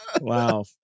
Wow